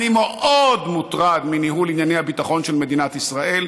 אני מאוד מוטרד מניהול ענייני הביטחון של מדינת ישראל.